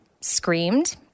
screamed